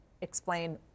explain